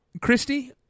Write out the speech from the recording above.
Christy